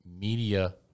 media